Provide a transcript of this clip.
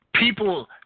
People